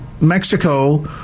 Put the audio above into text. mexico